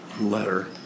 letter